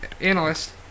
analyst